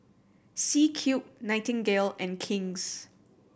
C Cube Nightingale and King's